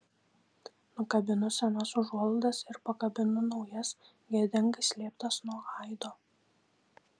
nukabinu senas užuolaidas ir pakabinu naujas gėdingai slėptas nuo aido